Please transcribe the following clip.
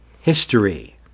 history